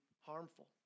harmful